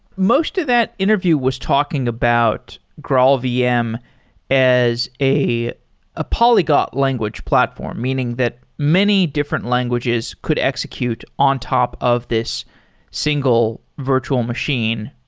most of that interview was talking about graalvm as a ah polyglot language platform. meaning that many different languages could execute on top of this single virtual machine.